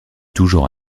toujours